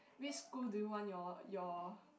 which school do you want your your